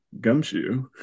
gumshoe